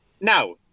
now